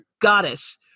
goddess